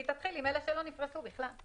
היא תתחיל עם אלה שלא נפרסו בכלל.